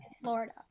Florida